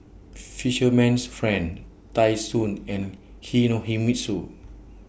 Fisherman's Friend Tai Sun and Kinohimitsu